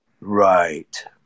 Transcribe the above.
Right